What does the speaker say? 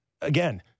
again